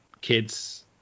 kids